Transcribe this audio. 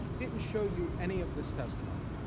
didn't show you any of this testimony.